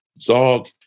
ZOG